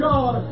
God